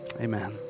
Amen